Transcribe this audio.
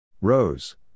Rose